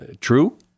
True